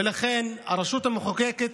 ולכן הרשות המחוקקת